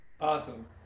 Awesome